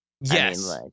Yes